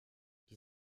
die